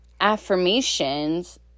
affirmations